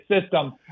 system